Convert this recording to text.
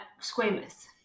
squamous